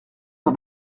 sur